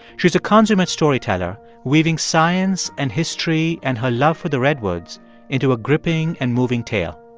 she is a consummate storyteller, weaving science and history and her love for the redwoods into a gripping and moving tale.